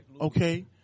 Okay